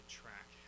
track